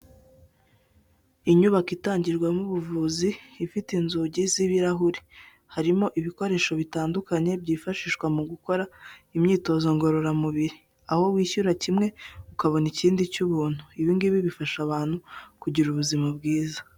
Inyubako itangirwamo ubuvuzi ifite inzugi z'ibirahuri, harimo ibikoresho bitandukanye byifashishwa mu gukora imyitozo ngororamubiri, aho wishyura kimwe ukabona ikindi cy'ubuntu, ibi ngibi bifasha abantu kugira ubuzima bwiza.